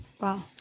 Wow